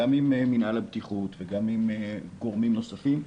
גם עם מינהל הבטיחות וגם עם גורמים נוספים,